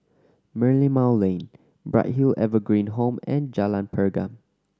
Merlimau Lane Bright Hill Evergreen Home and Jalan Pergam